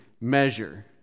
measure